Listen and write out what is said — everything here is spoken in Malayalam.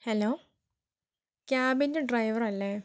ഹലോ ക്യാബിന്റെ ഡ്രൈവർ അല്ലേ